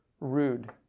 rude